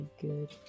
good